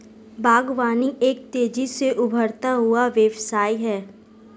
बागवानी एक तेज़ी से उभरता हुआ व्यवसाय है